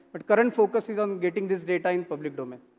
but current focus is on getting this data in public domain.